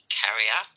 carrier